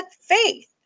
faith